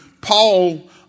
Paul